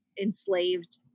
enslaved